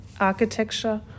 architecture